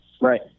Right